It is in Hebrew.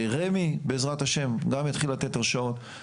רמ"י, בעזרת השם, גם תתחיל לתת הרשאות.